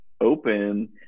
open